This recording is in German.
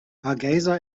hargeysa